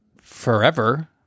forever